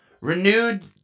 Renewed